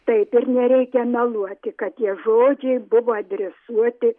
taip ir nereikia meluoti kad tie žodžiai buvo adresuoti